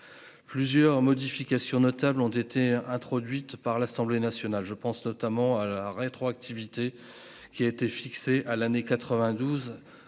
Plusieurs modifications notables ont été introduites par l'Assemblée nationale, je pense notamment à la rétroactivité qui a été fixé à l'année 92